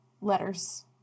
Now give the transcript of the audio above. letters